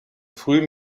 früh